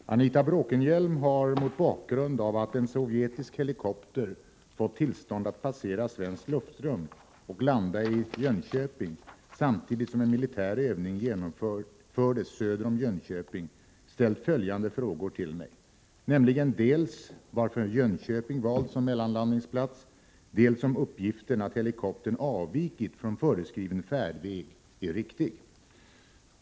Herr talman! Anita Bråkenhielm har, mot bakgrund av att en sovjetisk helikopter fått tillstånd att passera svenskt luftrum och landa i Jönköping samtidigt som en militär övning genomfördes söder om Jönköping, frågat mig dels varför Jönköping valdes som mellanlandningsplats, dels om uppgiften att helikoptern avvikit från föreskriven färdväg är riktig.